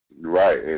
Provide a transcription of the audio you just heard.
Right